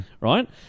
Right